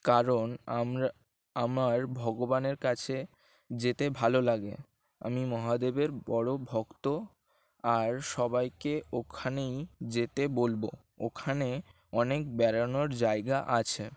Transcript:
কারণ আমরা আমার ভগবানের কাছে যেতে ভালো লাগে আমি মহাদেবের বড়ো ভক্ত আর সবাইকে ওখানেই যেতে বলবো ওখানে অনেক বেড়ানোর জায়গা আছে